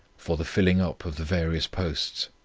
for the filling up of the various posts.